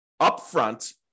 upfront